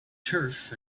turf